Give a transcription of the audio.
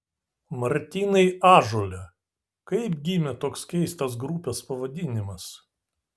martynai ąžuole kaip gimė toks keistas grupės pavadinimas